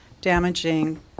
damaging